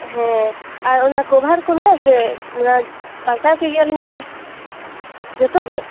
ᱦᱮᱸ ᱟᱨ ᱚᱱᱟ ᱠᱚᱵᱷᱟᱨ ᱠᱚ ᱦᱮᱱᱟᱜ ᱟᱥᱮ ᱚᱱᱟ ᱯᱟᱞᱴᱟᱣ ᱠᱮᱜᱮᱭᱟᱞᱤᱧ ᱢᱟᱱᱮ ᱡᱚᱛᱚ ᱜᱮ